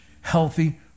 healthy